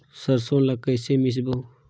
सरसो ला कइसे मिसबो?